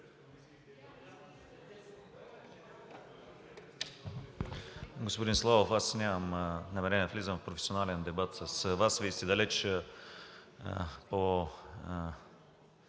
Господин Славов, аз нямам намерение да влизам в професионален дебат с Вас. Вие сте далеч по